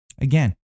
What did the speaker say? again